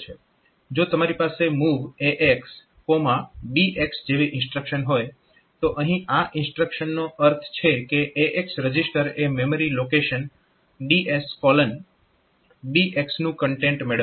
તો જો તમારી પાસે MOV AX BX જેવી ઇન્સ્ટ્રક્શન હોય તો અહીં આ ઇન્સ્ટ્રક્શનનો અર્થ છે કે AX રજીસ્ટર એ મેમરી લોકેશન DSBX નું કન્ટેન્ટ મેળવશે